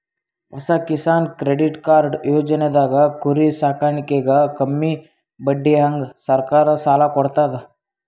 ಹೊಸ Kisan credit card ಯೋಜನೆದಾಗ್ ಕುರಿ ಸಾಕಾಣಿಕೆಗ್ ಕಮ್ಮಿ ಬಡ್ಡಿಹಂಗ್ ಸರ್ಕಾರ್ ಸಾಲ ಕೊಡ್ತದ್